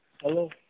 Hello